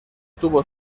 tuvo